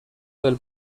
del